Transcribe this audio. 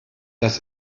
das